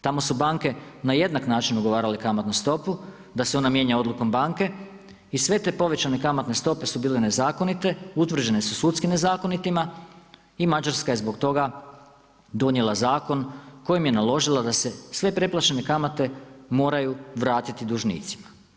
Tamo su banke na jednak način ugovarale kamatnu stopu da se ona mijenja odlukom banke i sve te povećane kamatne stope su bile nezakonite, utvrđene su sudski nezakonitima i Mađarska je zbog toga donijela zakon kojim je naložila da se sve preplaćene kamate moraju vratiti dužnicima.